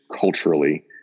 culturally